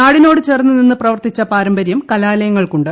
നാടിനോട് ചേർന്ന് നിന്ന് പ്രവർത്തിച്ച പാരമ്പര്യം കലാലയങ്ങൾക്ക് ഉണ്ട്